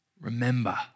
Remember